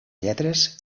lletres